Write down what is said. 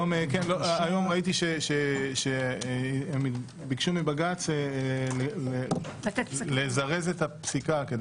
היום ראיתי שהם ביקשו מבג"ץ לזרז את הפסיקה.